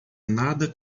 nada